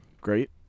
Great